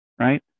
Right